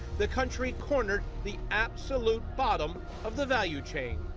the country cornered the absolute bottom of the value chain.